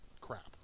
crap